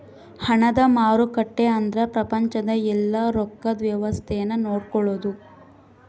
ಹಣದ ಮಾರುಕಟ್ಟೆ ಅಂದ್ರ ಪ್ರಪಂಚದ ಯೆಲ್ಲ ರೊಕ್ಕದ್ ವ್ಯವಸ್ತೆ ನ ನೋಡ್ಕೊಳೋದು